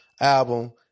album